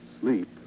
sleep